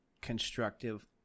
constructive